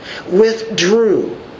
...withdrew